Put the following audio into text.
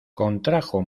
contrajo